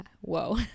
Whoa